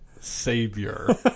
Savior